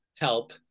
help